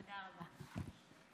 תודה רבה.